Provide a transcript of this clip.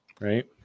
right